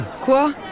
Quoi